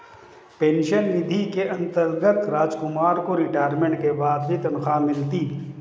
pension निधि के अंतर्गत रामकुमार को रिटायरमेंट के बाद भी तनख्वाह मिलती